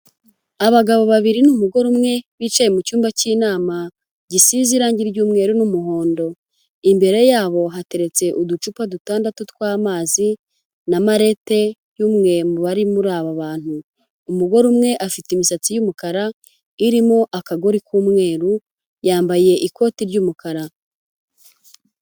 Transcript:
Abagabo babiri n'umugore umwe bicaye mu cyumba cy'inama gisize irangi ry'umweru n'umuhondo, imbere yabo hateretse uducupa dutandatu tw'amazi na malete y'umwe mu bari muri aba bantu. Umugore umwe afite imisatsi y'umukara irimo akagori k'umweru yambaye ikoti ry'umukara.